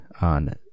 on